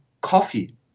coffee